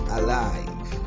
alive